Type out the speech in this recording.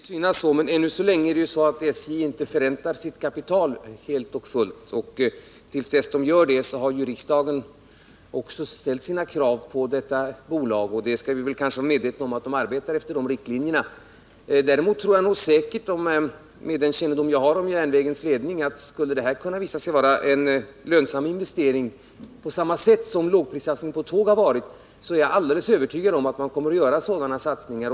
Herr talman! Det kan synas så, men ännu så länge förräntar inte SJ sitt kapital helt och fullt, och riksdagen har ju framställt sina krav på bolaget till dess att de gör det, så vi måste vara medvetna om att de arbetar efter dessa riktlinjer. Med den kännedom jag har om järnvägens ledning är jag emellertid alldeles övertygad om att skulle en lågprissatsning på busstrafik visa sig vara en lönsam investering på samma sätt som när det gäller tågtrafiken, så kommer man att göra sådana satsningar.